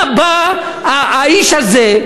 מה בא האיש הזה,